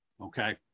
Okay